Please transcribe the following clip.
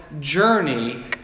journey